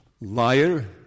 Liar